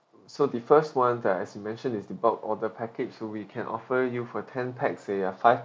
so the first one that as you mentioned is the bulk order package so we can offer you for ten pax a uh five